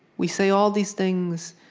we say all these things,